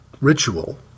ritual